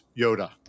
Yoda